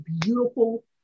beautiful